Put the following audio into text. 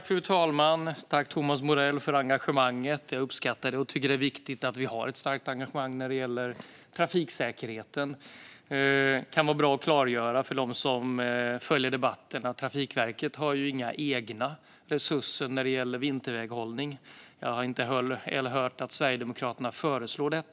Fru talman! Jag tackar Thomas Morell för engagemanget. Jag uppskattar det och tycker att det är viktigt att vi har ett starkt engagemang när det gäller trafiksäkerheten. En sak kan vara bra att klargöra för dem som följer debatten: Trafikverket har inga egna resurser när det gäller vinterväghållning. Jag har inte heller hört Sverigedemokraterna föreslå det.